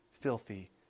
filthy